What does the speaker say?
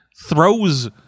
throws